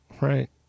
right